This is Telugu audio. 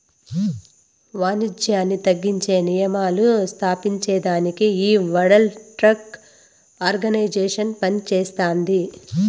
వానిజ్యాన్ని తగ్గించే నియమాలు స్తాపించేదానికి ఈ వరల్డ్ ట్రేడ్ ఆర్గనైజేషన్ పనిచేస్తాది